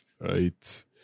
right